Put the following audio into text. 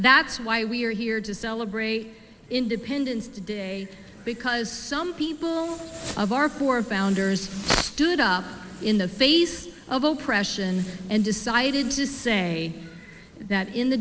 that's why we're here to celebrate independence day because some people of our four founders stood up in the face of oppression and decided to say that in the